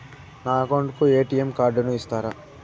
నా అకౌంట్ కు ఎ.టి.ఎం కార్డును ఇస్తారా